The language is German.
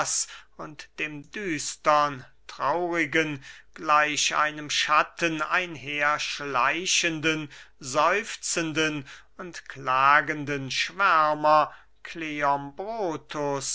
und dem düstern traurigen gleich einem schatten einherschleichenden seufzenden und klagenden schwärmer kleombrotus